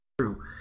true